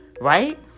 right